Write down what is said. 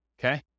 okay